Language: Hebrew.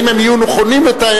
אם הם יהיו נכונים לתאם,